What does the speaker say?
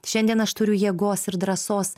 šiandien aš turiu jėgos ir drąsos